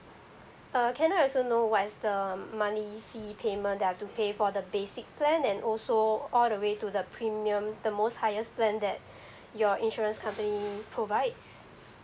err can I also know what is the money fee payment that I've to pay for the basic plan and also all the way to the premium the most highest plan that your insurance company provides